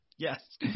Yes